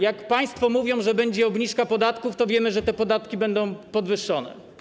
Jak państwo mówią, że będzie obniżka podatków, to wiemy, że podatki będą podwyższone.